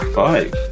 five